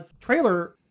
trailer